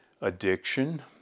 addiction